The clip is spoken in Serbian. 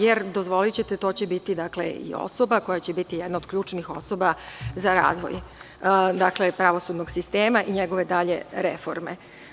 Jer, dozvolićete, to će biti i osoba koja će biti jedna od ključnih osoba za razvoj pravosudnog sistema i njegove dalje reforme.